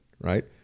Right